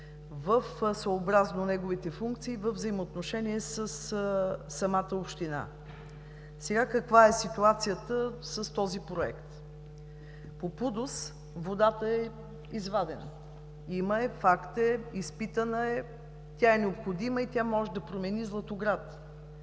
съобразно неговите функции във взаимоотношение със самата община. Каква е сега ситуацията с този проект? По ПУДООС водата е извадена, има я, факт е, изпитана е. Тя е необходима и може да промени Златоград,